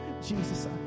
Jesus